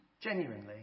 Genuinely